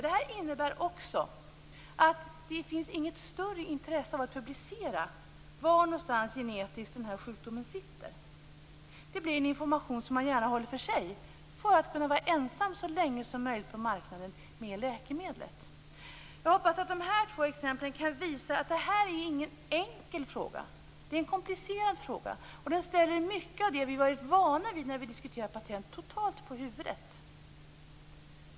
Det innebär också att det inte finns något större intresse av att publicera var någonstans som sjukdomen sitter genetiskt. Det blir en information som man gärna håller för sig, för att kunna vara ensam så länge som möjligt på marknaden med läkemedlet. Jag hoppas att dessa två exempel kan visa att det här inte är någon enkel fråga. Det är en komplicerad fråga. Den ställer mycket av det vi varit vana vid när vi diskuterat patent totalt på huvudet.